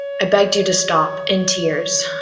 i begged you to stop, in tears,